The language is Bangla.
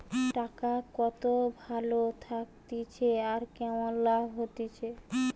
টাকা কত ভালো থাকতিছে আর কেমন লাভ হতিছে